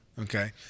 Okay